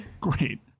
Great